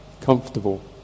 Comfortable